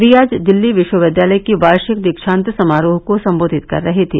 वे आज दिल्ली विश्वविद्यालय के वार्षिक दीक्षांत समारोह को संबोधित कर रहे थे